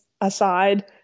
aside